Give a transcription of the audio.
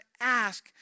ask